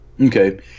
Okay